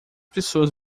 pessoas